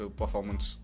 performance